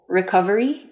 recovery